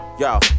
Yo